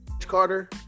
carter